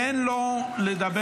תן לו לדבר.